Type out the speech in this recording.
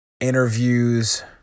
interviews